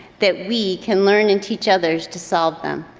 that we can learn and teach others to solve them.